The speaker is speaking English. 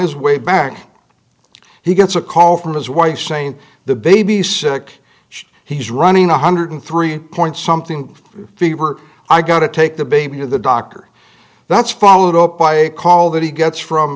his way back he gets a call from his wife saying the baby's sick he's running one hundred and three point something fever i got to take the baby to the doctor that's followed up by a call that he gets from